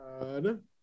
god